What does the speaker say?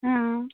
हाँ